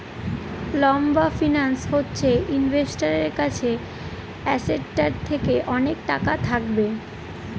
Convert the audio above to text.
লম্বা ফিন্যান্স হচ্ছে ইনভেস্টারের কাছে অ্যাসেটটার থেকে অনেক টাকা থাকবে